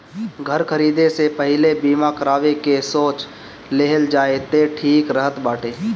घर खरीदे से पहिले बीमा करावे के सोच लेहल जाए तअ ठीक रहत बाटे